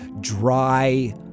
dry